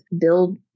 build